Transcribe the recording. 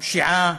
הפשיעה,